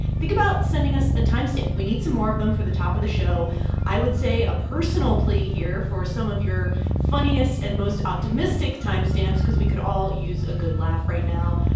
think about sending us a time stamp. we need some more of them for the top of the show i would say a personal plea here for some of your funniest and most optimistic time stamps because we could all use a good laugh right now.